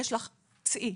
יש לך נורה צאי.